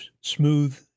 smooth